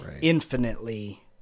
infinitely